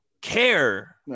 care